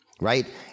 right